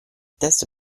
testo